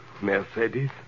Mercedes